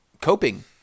coping